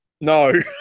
No